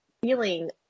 feeling